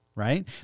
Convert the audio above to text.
right